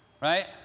right